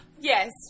Yes